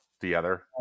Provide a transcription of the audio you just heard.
together